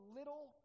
little